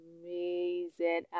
amazing